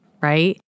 right